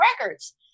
Records